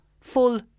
full